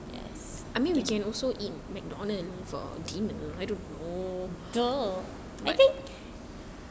!duh! I think